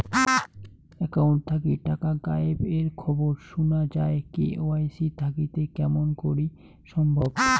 Account থাকি টাকা গায়েব এর খবর সুনা যায় কে.ওয়াই.সি থাকিতে কেমন করি সম্ভব?